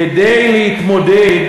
כדי להתמודד,